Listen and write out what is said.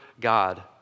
God